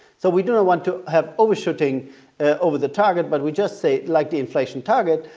so we do not want to have overshooting over the target, but we just say like the inflation target.